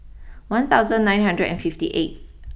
one thousand nine hundred and fifty eighth